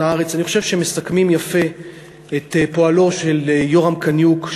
"הארץ" שמסכמים יפה את פועלו של יורם קניוק,